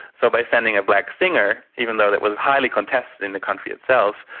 so by sending a black singer, even though it was highly contested in the country itself,